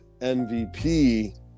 MVP